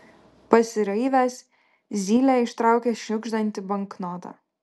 pasiraivęs zylė ištraukė šiugždantį banknotą